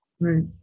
right